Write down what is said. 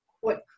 quick